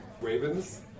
ravens